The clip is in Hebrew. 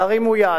תרימו יד.